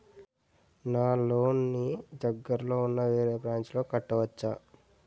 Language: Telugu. నా లోన్ నీ దగ్గర్లోని ఉన్న వేరే బ్రాంచ్ లో కట్టవచా?